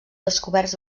descoberts